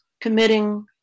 committing